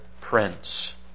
prince